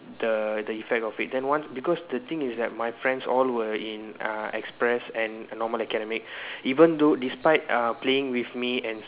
the the effect of it then once because the thing is that my friends all were in uh express and normal academic even though despite uh playing with me and